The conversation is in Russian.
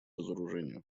разоружению